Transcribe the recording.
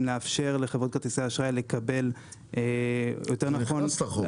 לאפשר לחברות כרטיסי האשראי לעשות מידע --- זה נכנס לחוק.